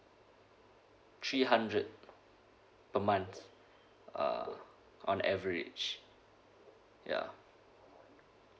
three hundred per month uh on average ya